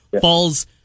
falls